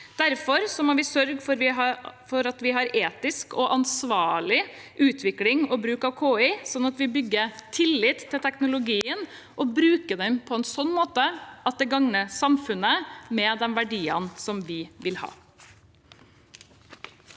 Derfor må vi sørge for at vi har en etisk og ansvarlig utvikling og bruk av KI, sånn at vi bygger tillit til teknologien og bruker den på en sånn måte at det gagner samfunnet, med de verdiene vi vil ha.